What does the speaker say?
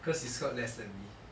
because you scored less than me